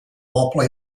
moble